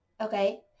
Okay